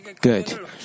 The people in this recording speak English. Good